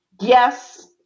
Yes